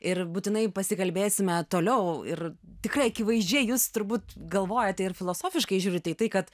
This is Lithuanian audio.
ir būtinai pasikalbėsime toliau ir tikrai akivaizdžiai jūs turbūt galvojate ir filosofiškai žiūrite į tai kad